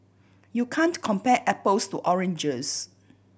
you can't compare apples to oranges